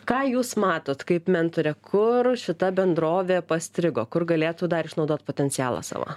ką jūs matot kaip mentorė kur šita bendrovė pastrigo kur galėtų dar išnaudot potencialą savo